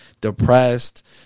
depressed